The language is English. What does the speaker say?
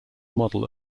model